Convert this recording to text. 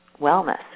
wellness